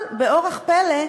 אבל באורח פלא,